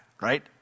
right